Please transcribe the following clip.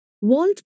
Walt